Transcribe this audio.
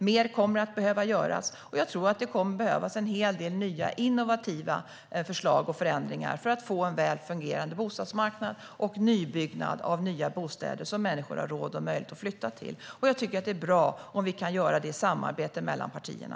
Mer kommer att behöva göras, och jag tror att det kommer att behövas en hel del nya innovativa förslag och förändringar för att få en väl fungerande bostadsmarknad och nybyggnad av nya bostäder som människor har råd och möjlighet att flytta till. Jag tycker att det är bra om vi kan göra det i samarbete mellan partierna.